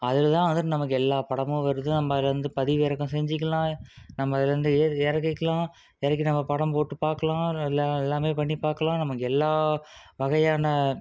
அதில் தான் வந்துட்டு நமக்கு எல்லா படமும் வருது நம்ம அதுலேருந்து பதிவு இறக்கம் செஞ்சுக்கலாம் நம்ம அதுலேருந்து இறக்கிக்கலாம் இறக்கி நம்ம படம் போட்டு பார்க்கலாம் அதில் எல்லாம் எல்லாம் பண்ணி பார்க்கலாம் நமக்கு எல்லா வகையான